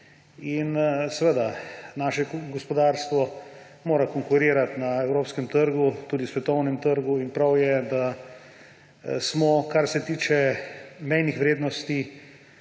Nemčiji. Naše gospodarstvo mora konkurirati na evropskem trgu, tudi svetovnem trgu, in prav je, da smo, kar se tiče mejnih vrednosti,